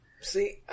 See